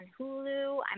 Hulu